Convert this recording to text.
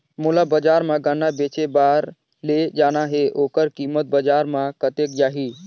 मोला बजार मां गन्ना बेचे बार ले जाना हे ओकर कीमत बजार मां कतेक जाही?